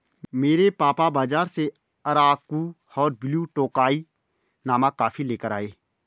मेरे पापा बाजार से अराकु और ब्लू टोकाई नामक कॉफी लेकर आए